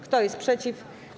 Kto jest przeciw?